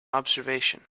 observation